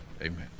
Amen